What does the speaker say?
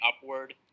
upward